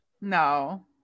No